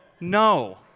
No